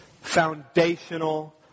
foundational